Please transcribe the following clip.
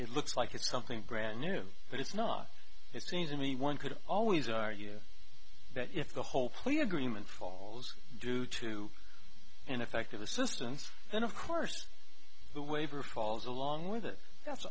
it looks like it's something brand new but it's not it seems anyone could always argue that if the whole plea agreement falls due to an effective assistance then of course the waiver falls along with it that's